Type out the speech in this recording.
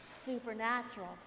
supernatural